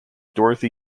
dorothy